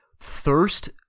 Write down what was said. thirst